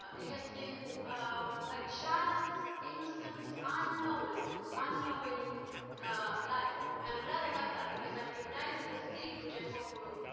ah has been um a child's innocent unknown, unknowing ah life. i'm glad i got that, because i think that is the seed which i hope will.